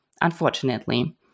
unfortunately